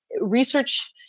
research